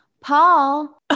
Paul